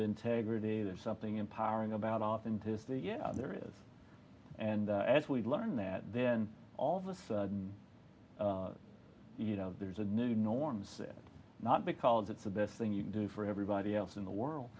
integrity there's something empowering about authenticity is there is and as we learn that then all of a sudden you know there's a new norms not because it's the best thing you can do for everybody else in the world